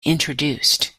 introduced